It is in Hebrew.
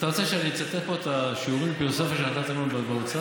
אתה רוצה שאני אצטט פה את השיעורים בפילוסופיה שנתת לנו באוצר?